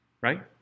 Right